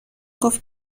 گفت